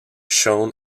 shown